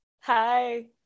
Hi